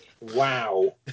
Wow